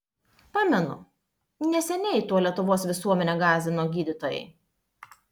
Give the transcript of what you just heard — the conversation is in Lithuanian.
pamenu neseniai tuo lietuvos visuomenę gąsdino gydytojai